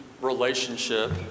relationship